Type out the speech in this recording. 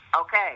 Okay